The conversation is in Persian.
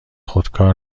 خودکار